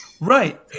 Right